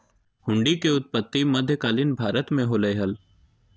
हुंडी के उत्पत्ति मध्य कालीन भारत मे होलय हल